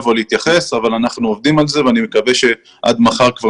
או להתייחס אבל אנחנו עובדים על זה ואני מקווה שעד מחר כבר